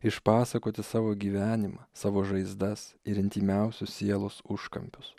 išpasakoti savo gyvenimą savo žaizdas ir intymiausius sielos užkampius